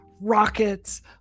rockets